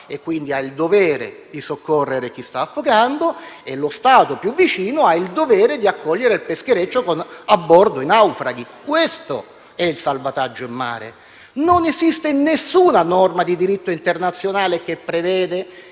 e quindi ha il dovere di soccorrere chi sta affogando, così come lo Stato più vicino ha il dovere di accogliere il peschereccio con a bordo i naufraghi. Questo è il salvataggio in mare. Non esiste alcuna norma di diritto internazionale che prevede